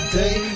day